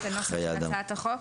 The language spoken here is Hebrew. את נוסח הצעת החוק?